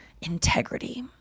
integrity